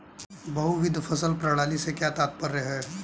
बहुविध फसल प्रणाली से क्या तात्पर्य है?